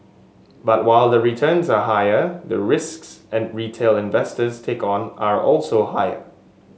but while the returns are higher the risks retail investors take on are also higher